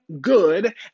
good